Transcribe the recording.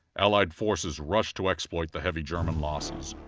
allied forces rushed to exploit the heavy german losses.